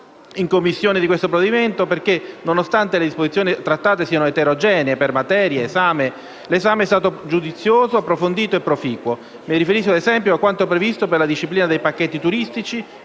in Commissione del provvedimento perché, nonostante le disposizioni trattate siano eterogenee per materie, l'esame è stato giudizioso, approfondito e proficuo. Mi riferisco - ad esempio - a quanto previsto per la disciplina dei pacchetti turistici